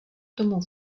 tomu